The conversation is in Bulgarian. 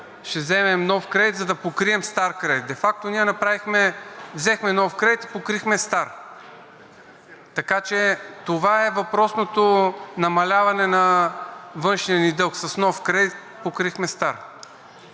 ще вземем нов кредит, за да покрием стар кредит. Де факто ние взехме нов кредит и покрихме стар. Така че това е въпросното намаляване на външния ни дълг – с нов кредит покрихме стар.